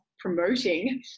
promoting